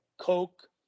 Coke